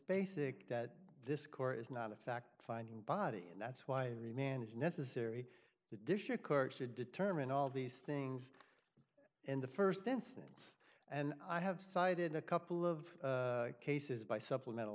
basic that this court is not a fact finding body and that's why every man is necessary the district court should determine all these things in the first instance and i have cited a couple of cases by supplemental